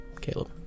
Caleb